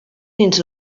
dins